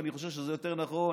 ואני חושב שזה יותר נכון,